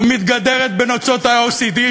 מתגדרת בנוצות ה-OECD,